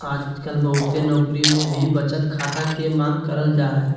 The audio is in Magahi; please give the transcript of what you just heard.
आजकल बहुते नौकरी मे भी बचत खाता के मांग करल जा हय